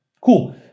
cool